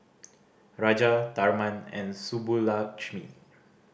Raja Tharman and Subbulakshmi